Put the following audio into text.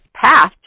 passed